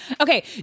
Okay